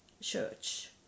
church